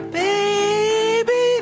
baby